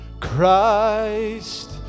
Christ